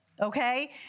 okay